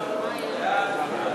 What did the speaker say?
41 בעד,